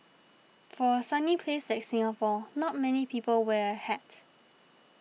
for a sunny place like Singapore not many people wear a hat